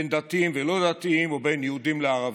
בין דתיים ללא דתיים ובין יהודים לערבים.